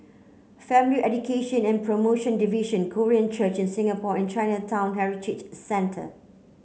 Family Education and Promotion Division Korean Church in Singapore and Chinatown Heritage Centre